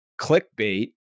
clickbait